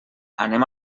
anem